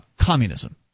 communism